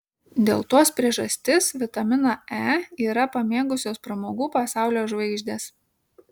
dėl tos priežastis vitaminą e yra pamėgusios pramogų pasaulio žvaigždės